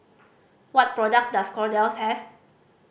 what products does Kordel's have